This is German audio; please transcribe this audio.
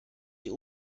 die